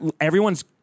everyone's